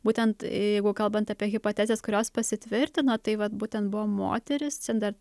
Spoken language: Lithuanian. būtent jeigu kalbant apie hipotezes kurios pasitvirtino tai vat būtent buvo moterys čia dar